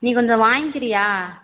நீ கொஞ்சம் வாங்கிக்கிறீயா